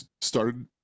started